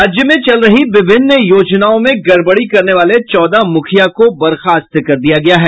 राज्य में चल रही विभिन्न योजनाओं में गड़बड़ी करने वाले चौदह मुखिया को बर्खास्त कर दिया गया है